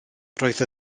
roedd